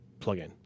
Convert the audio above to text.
plugin